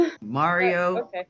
Mario